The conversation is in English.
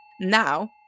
Now